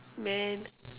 man